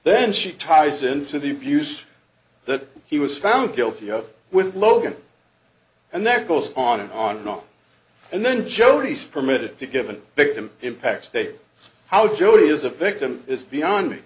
then she ties into the abuse that he was found guilty of with logan and that goes on and on and on and then jodi's permitted to given victim impact state how jodi is a victim is beyond me